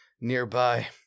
nearby